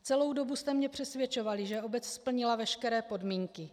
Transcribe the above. Celou dobu jste mě přesvědčovali, že obec splnila veškeré podmínky.